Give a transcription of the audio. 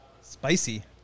Spicy